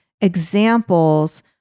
examples